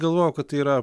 galvojau kad tai yra